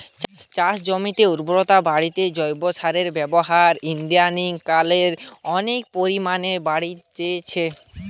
চাষজমিনের উর্বরতা বাড়িতে জৈব সারের ব্যাবহার ইদানিং কাল রে অনেক পরিমাণে বাড়ি জাইচে